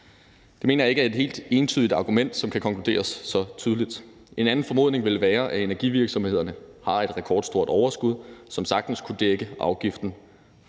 Det mener jeg ikke er et helt entydigt argument, som kan konkluderes så tydeligt. En anden formodning ville være, at energivirksomhederne har et rekordstort overskud, som sagtens kunne dække afgiften